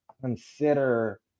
consider